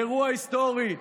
אירוע היסטורי.